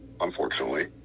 unfortunately